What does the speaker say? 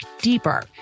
deeper